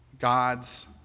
God's